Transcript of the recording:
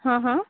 હં હં